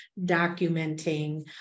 documenting